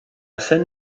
scène